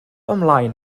ymlaen